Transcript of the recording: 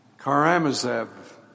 Karamazov